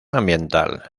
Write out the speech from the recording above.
ambiental